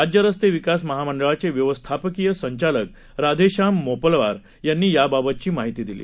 राज्य रस्ते विकास महामंडळाचे व्यवस्थापकीय संचालक राधेश्याम मोपलवार यांनी याबाबतची माहिती दिली